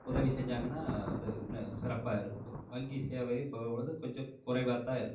உதவி செஞ்சாங்கன்னால் அது இன்னும் சிறப்பாக இருக்கும் வங்கி சேவை இப்பொழுது கொஞ்சம் குறைவாக தான் இருக்கும்